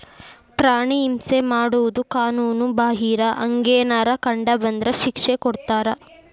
ಪ್ರಾಣಿ ಹಿಂಸೆ ಮಾಡುದು ಕಾನುನು ಬಾಹಿರ, ಹಂಗೆನರ ಕಂಡ ಬಂದ್ರ ಶಿಕ್ಷೆ ಕೊಡ್ತಾರ